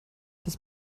das